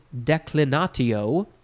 declinatio